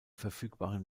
verfügbaren